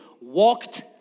walked